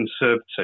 conservative